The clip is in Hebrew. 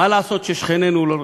מה לעשות ששכנינו לא רוצים,